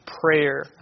prayer